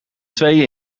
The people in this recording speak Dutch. tweeën